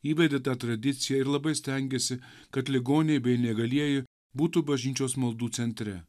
įvedė tą tradiciją ir labai stengėsi kad ligoniai bei neįgalieji būtų bažnyčios maldų centre